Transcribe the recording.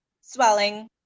swelling